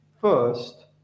first